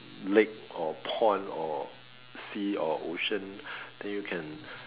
lake or pond or sea or ocean then you can